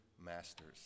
masters